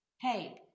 hey